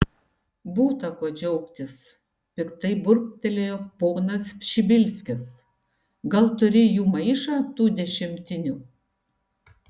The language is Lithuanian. būta ko džiaugtis piktai burbtelėjo ponas pšibilskis gal turi jų maišą tų dešimtinių